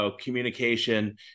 communication